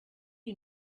you